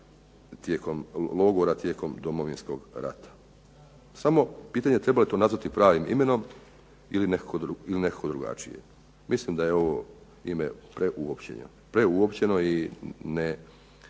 zatočenike logora tijekom Domovinskog rata, samo pitanje je treba li to nazvati pravim imenom ili nekako drugačije. Mislim da je ovo ime preuopćeno i